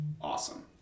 awesome